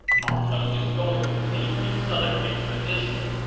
ma teng is going to lead a southern expedition.